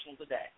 today